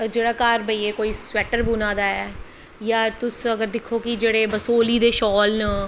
जेह्ड़ा घर बेहियै सबैट्टर बुना दा ऐ तां तुस दिक्खो कि जियां बसोह्ली दे साल न